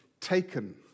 Taken